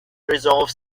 resolve